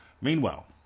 Meanwhile